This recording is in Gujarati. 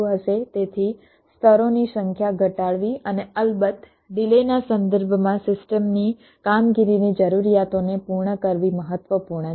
તેથી સ્તરોની સંખ્યા ઘટાડવી અને અલબત્ત ડિલેના સંદર્ભમાં સિસ્ટમની કામગીરીની જરૂરિયાતોને પૂર્ણ કરવી મહત્વપૂર્ણ છે